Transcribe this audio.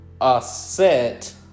Aset